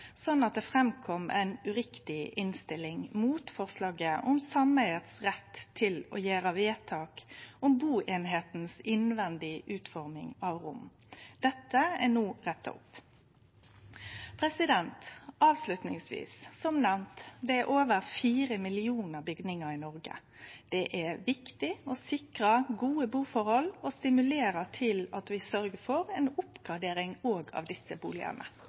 framkom ei feil innstilling mot forslaget om sameiget sin rett til å gjere vedtak om bueininga si innvendige utforming av rom. Dette er no retta opp. Avsluttingsvis: Som nemnt er det over 4 millionar bygningar i Noreg. Det er viktig å sikre butilhøve og stimulere til at vi sørgjer for ei oppgradering òg av desse